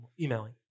emailing